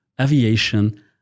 aviation